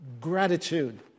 gratitude